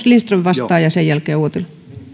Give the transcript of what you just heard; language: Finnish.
lindström vastaa sen jälkeen uotila arvoisa